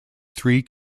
three